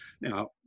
Now